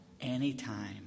anytime